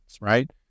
right